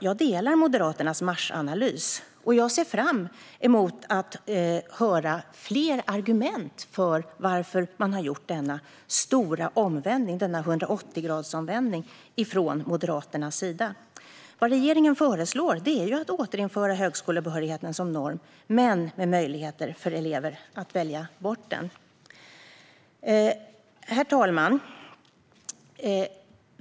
Jag delar Moderaternas marsanalys, och jag ser fram emot att höra fler argument för varför man har gjort denna stora omvändning, denna 180-gradersomvändning, från Moderaternas sida. Vad regeringen föreslår är just att återinföra högskolebehörigheten som norm men med möjligheter för elever att välja bort den. Herr talman!